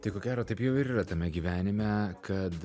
tai ko gero taip jau ir yra tame gyvenime kad